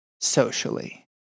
socially